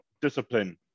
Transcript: discipline